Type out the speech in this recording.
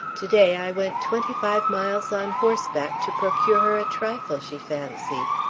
to-day i went twenty-five miles on horseback to procure her a trifle she fancied.